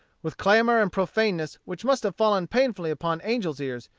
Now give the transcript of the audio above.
with clamor and profaneness which must have fallen painfully upon angels' ears,